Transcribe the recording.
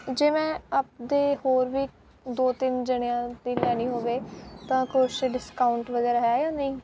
ਜੇ ਮੈਂ ਆਪਣੇ ਹੋਰ ਵੀ ਦੋ ਤਿੰਨ ਜਣਿਆ ਦੀ ਲੈਣੀ ਹੋਵੇ ਤਾਂ ਕੁਛ ਡਿਸਕਾਊਂਟ ਵਗੈਰਾ ਹੈ ਜਾਂ ਨਹੀਂ